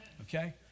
Okay